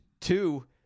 Two